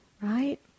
Right